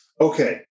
okay